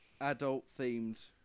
adult-themed